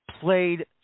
Played